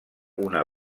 una